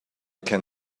can